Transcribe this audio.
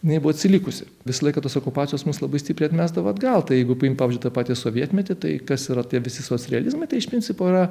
jinai buvo atsilikusi visą laiką tos okupacijos mus labai stipriai atmesdavo atgal tai jeigu paimt pavyzdžiui tą patį sovietmetį tai kas yra tie visi socrealizmai tai iš principo yra